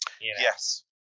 Yes